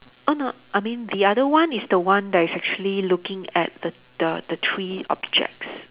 oh no I mean the other one is the one that is actually looking at the the the three objects